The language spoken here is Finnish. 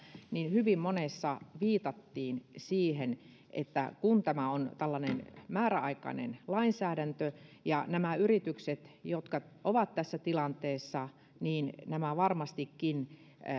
hyvin monesti viitattiin siihen että tämä on tällainen määräaikainen lainsäädäntö ja yritykset jotka ovat tässä tilanteessa varmastikin